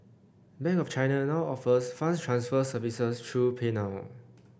bank of China now offers funds transfer services through PayNow